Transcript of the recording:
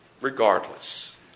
Regardless